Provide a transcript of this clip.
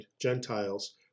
Gentiles